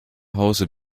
hause